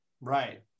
Right